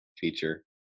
feature